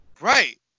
Right